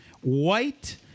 white